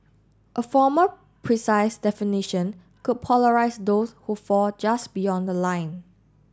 a formal precise definition could polarise those who fall just beyond the line